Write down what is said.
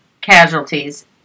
casualties